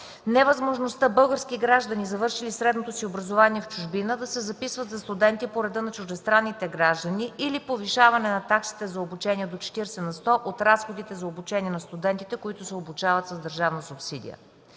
невъзможността български граждани, завършили средното си образование в чужбина, да се записват за студенти по реда на чуждестранните граждани или повишаването на таксите за обучение до 40 на сто от разходите за обучение на студентите, които се обучават с държавна субсидия.